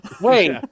Wait